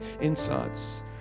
insights